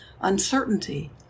uncertainty